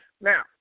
Now